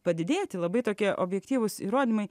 padidėti labai tokie objektyvūs įrodymai